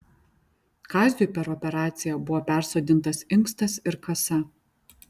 kaziui per operaciją buvo persodintas inkstas ir kasa